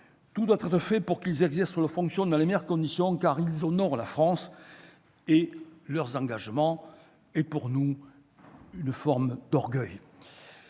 Tout doit être fait pour qu'ils exercent leur fonction dans les meilleures conditions, car ils honorent la France. Leur engagement est pour nous une forme d'orgueil.